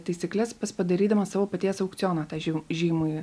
taisykles pats padarydamas savo paties aukcioną tą žymųjį